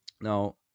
Now